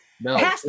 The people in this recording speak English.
No